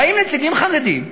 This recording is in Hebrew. באים נציגים חרדים ואומרים: